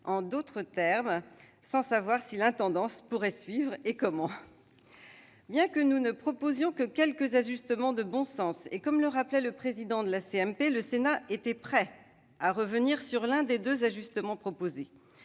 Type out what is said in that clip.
en d'autres termes, sans savoir si l'intendance pourrait suivre ni comment. Bien que nous ne proposions que quelques ajustements de bon sens, comme le rappelait le président de la commission mixte paritaire, « le Sénat était prêt à revenir sur l'un des deux ajustements proposés.